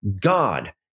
God